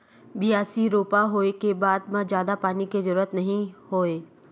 बियासी, रोपा होए के बाद म जादा पानी के जरूरत नइ होवय